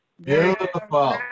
Beautiful